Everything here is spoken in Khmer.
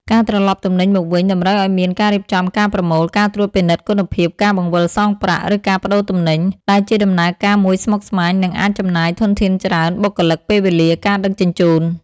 ការត្រឡប់ទំនិញមកវិញតម្រូវឱ្យមានការរៀបចំការប្រមូល ការត្រួតពិនិត្យគុណភាព ការបង្វិលសងប្រាក់ ឬការប្តូរទំនិញ ដែលជាដំណើរការមួយស្មុគស្មាញ និងអាចចំណាយធនធានច្រើន (បុគ្គលិក ពេលវេលា ការដឹកជញ្ជូន)។